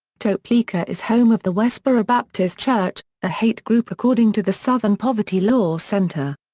topeka is home of the westboro baptist church, a hate group according to the southern poverty law center.